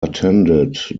attended